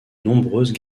nombreuses